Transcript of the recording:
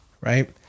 right